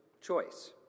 choice